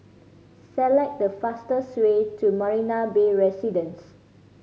select the fastest way to Marina Bay Residence